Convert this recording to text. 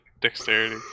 Dexterity